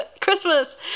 Christmas